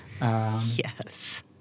yes